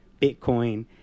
bitcoin